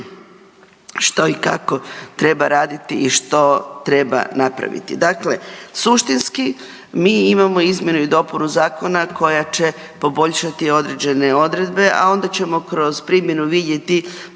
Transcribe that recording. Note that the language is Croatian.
što i kako treba raditi i što treba napraviti. Dakle, suštinski mi imamo izmjene i dopunu zakona koja će poboljšati određene odredbe, a onda ćemo kroz primjenu vidjeti